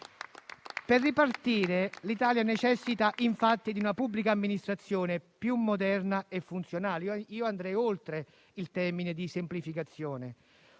Per ripartire, l'Italia necessita infatti di una pubblica amministrazione più moderna e funzionale (andrei oltre il termine "semplificazione"),